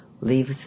leaves